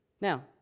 Now